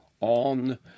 on